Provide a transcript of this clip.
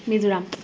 Mizoram